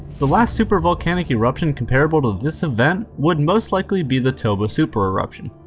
the last super volcanic eruption comparable to this event would most likely be the toba supereruption.